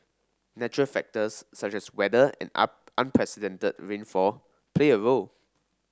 natural factors such as weather and unprecedented rainfall play a role